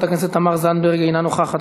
תמר זנדברג, אינה נוכחת.